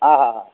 हा हा हा